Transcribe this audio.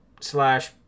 slash